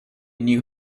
knew